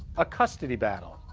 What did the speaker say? a custody battle.